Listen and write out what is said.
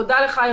בוקר טוב,